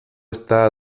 está